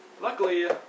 luckily